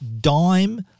Dime